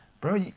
bro